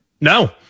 No